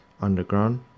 underground